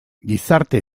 gizarte